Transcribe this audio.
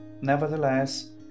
nevertheless